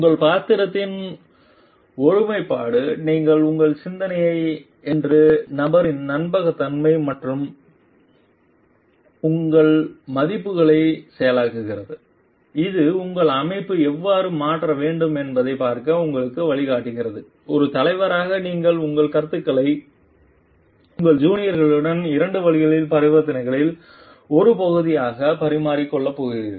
உங்கள் பாத்திரத்தின் ஒருமைப்பாடு நீங்கள் உங்கள் சிந்தனை என்று நபரின் நம்பகத்தன்மை உங்கள் மதிப்புகளை செயலாக்குகிறது இது உங்கள் அமைப்பு எவ்வாறு மாற்ற வேண்டும் என்பதைப் பார்க்க உங்களை வழிநடத்துகிறது ஒரு தலைவராக நீங்கள் உங்கள் கருத்துக்களை உங்கள் ஜூனியர்களுடன் இரண்டு வழி பரிவர்த்தனைகளின் ஒரு பகுதியாக பரிமாறிக்கொள்ளப் போகிறீர்கள்